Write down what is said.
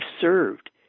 served